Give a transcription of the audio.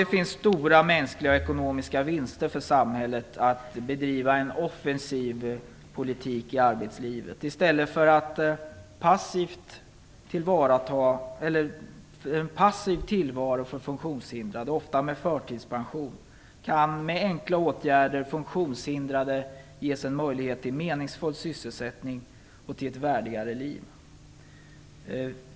Det finns stora mänskliga och ekonomiska vinster för samhället med att bedriva en offensiv arbetslivspolitik. Med enkla åtgärder kan funktionshindrade ges en möjlighet till meningsfull sysselsättning och ett värdigt liv i stället för en passiv tillvaro, ofta med förtidspension.